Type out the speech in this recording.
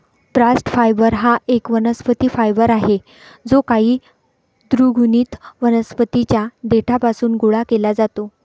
bast fibre हा एक वनस्पती फायबर आहे जो काही द्विगुणित वनस्पतीं च्या देठापासून गोळा केला जातो